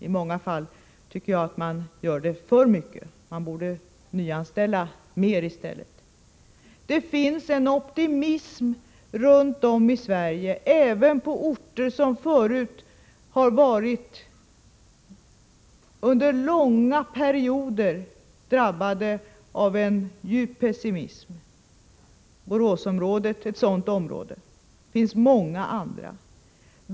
I många fall gör man det alltför mycket. Man borde nyanställa mer i stället. Det finns en optimism runtom i Sverige, även på orter som förut under långa perioder har varit drabbade av en djup pessimism. Ett exempel på det är Boråsområdet, och det finns många andra exempel.